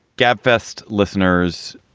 gabfest listeners,